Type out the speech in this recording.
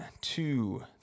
two